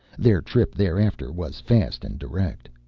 their trip thereafter was fast and direct.